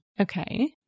Okay